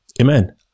Amen